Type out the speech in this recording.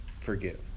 forgive